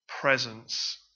presence